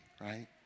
right